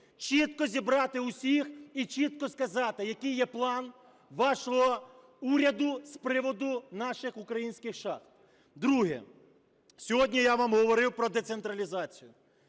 Чітко зібрати усіх і чітко сказати, який є план вашого уряду з приводу наших українських шахт. Друге. Сьогодні я вам говорив про децентралізацію.